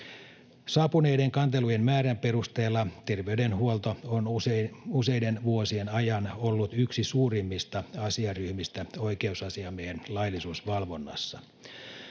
Saapuneiden kantelujen määrän perusteella terveydenhuolto on useiden vuosien ajan ollut yksi suurimmista asiaryhmistä oikeusasiamiehen laillisuusvalvonnassa.